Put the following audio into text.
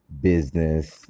business